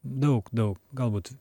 daug daug galbūt